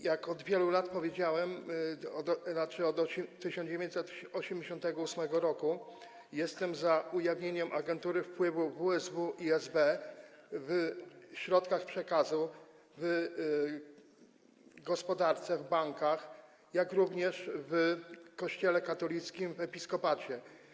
Jak od wielu lat mówiłem, tzn. od 1988 r., jestem za ujawnieniem agentury wpływu WSW i SB w środkach przekazu, w gospodarce, w bankach, jak również w Kościele katolickim, w episkopacie.